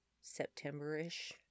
September-ish